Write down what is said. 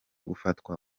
gufatwa